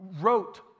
wrote